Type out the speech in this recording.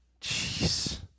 Jeez